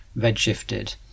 redshifted